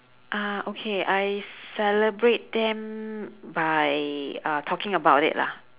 uh okay I celebrate them by uh talking about it lah